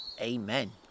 Amen